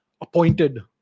appointed